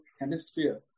hemisphere